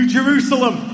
Jerusalem